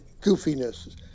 goofiness